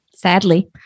Sadly